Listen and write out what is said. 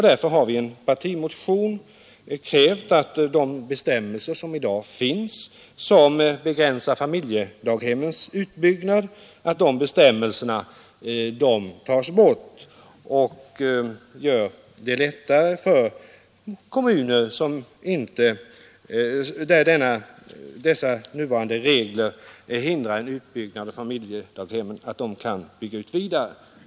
Vi har i en partimotion krävt att de bestämmelser som i dag finns och som begränsar familjedaghemmens utbyggnad skall tas bort, så att kommuner där nuvarande regler hindrar en utbyggnad av familjedaghemmen kan bygga ut dem vidare.